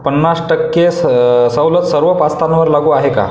पन्नास टक्के स सवलत सर्व पास्तांवर लागू आहे का